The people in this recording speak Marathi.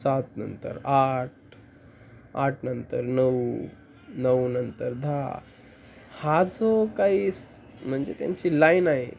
सातनंतर आठ आठनंतर नऊ नऊनंतर दहा हा जो काही म्हणजे त्यांची लाईन आहे